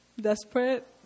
desperate